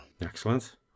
Excellent